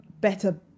better